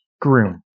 groom